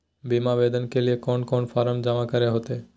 बीमा आवेदन के लिए कोन कोन फॉर्म जमा करें होते